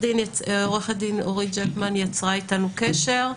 עורכת הדין אורית ג'קמן יצרה איתנו קשר.